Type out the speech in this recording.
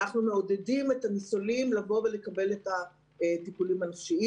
אנחנו מעודדים את הניצולים לבוא ולקבל את הטיפולים הנפשיים.